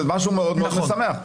זה משהו מאוד משמח.